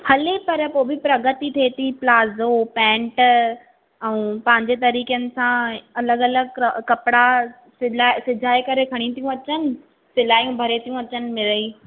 हले पर पोइ बि प्रगति थिए थी प्लाज़ो पेंट ऐं पंहिंजे तरीक़नि सां अलॻि अलॻि क कपिड़ा सिलाए सिजाए करे खणी थियूं अचनि सिलायूं भरे थियूं अचनि मिड़ेई